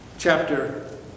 Chapter